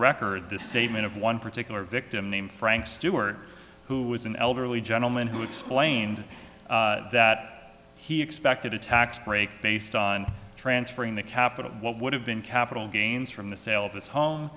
record the statement of one particular victim named frank stewart who was an elderly gentleman who explained that he expected a tax break based on transferring the capital what would have been capital gains from th